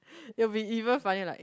it'll be even funny like